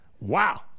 wow